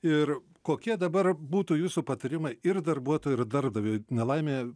ir kokie dabar būtų jūsų patarimai ir darbuotojui ir darbdaviui nelaimėje